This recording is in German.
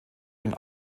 den